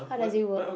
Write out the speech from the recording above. how does it work